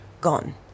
gone